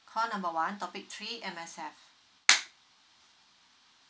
call number one topic three M_S_F